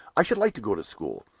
i should like to go to school.